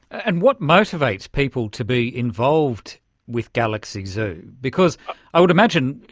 and what motivates people to be involved with galaxy zoo? because i would imagine,